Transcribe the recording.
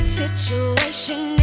situation